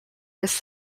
this